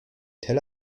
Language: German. tel